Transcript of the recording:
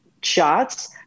shots